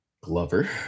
Glover